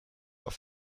auf